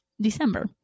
December